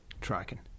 tracking